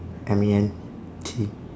M E N T